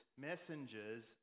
messengers